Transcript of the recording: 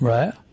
Right